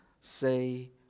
say